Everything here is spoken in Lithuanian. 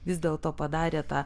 vis dėl to padarė tą